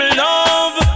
love